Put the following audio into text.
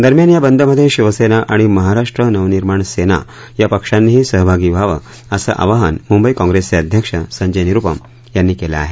दरम्यान या बंद मध्ये शिवसेना आणि महाराष्ट्र नवनिर्माण सेना या पक्षांनीही सहभागी व्हावं असं आवाहन मुंबई काँग्रेसचे अध्यक्ष संजय निरुपम यांनी केलं आहे